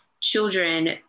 children